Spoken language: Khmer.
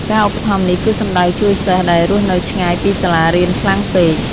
ការឧបត្ថម្ភនេះគឺសំដៅជួយសិស្សដែលរស់នៅឆ្ងាយពីសាលារៀនខ្លាំងពេក។